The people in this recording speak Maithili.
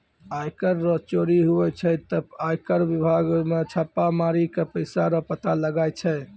आय कर रो चोरी हुवै छै ते आय कर बिभाग मे छापा मारी के पैसा रो पता लगाय छै